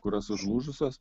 kurios užlūžusios